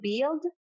build